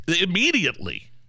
immediately